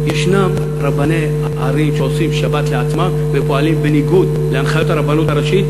ישנם רבני ערים שעושים שבת לעצמם ופועלים בניגוד להנחיות הרבנות הראשית,